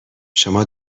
شما